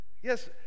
Yes